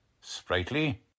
Sprightly